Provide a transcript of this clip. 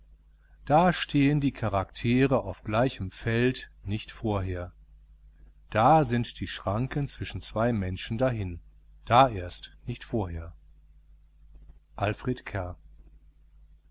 da stehen die charaktere auf gleichem feld nicht vorher da sind die schranken zwischen zwei menschen dahin da erst nicht vorher alfred